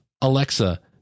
Alexa